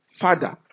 father